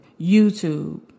YouTube